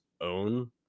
own